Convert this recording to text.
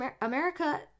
America